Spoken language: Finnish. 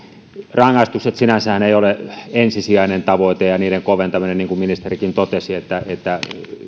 rangaistuksethan sinänsä ja niiden koventaminen eivät ole ensisijainen tavoite niin kuin ministerikin totesi